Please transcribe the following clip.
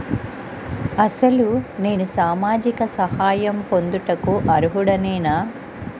అసలు నేను సామాజిక సహాయం పొందుటకు అర్హుడనేన?